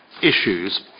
issues